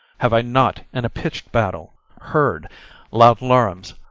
have i not in a pitched battle heard loud larums,